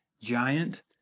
giant